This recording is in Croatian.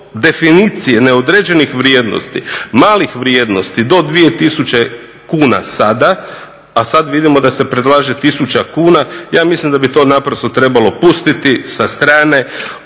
definicije neodređenih vrijednosti, malih vrijednosti do 2000 kuna sada, a sad vidimo da se predlaže 1000 kuna. Ja mislim da bi to naprosto trebalo pustiti sa strane.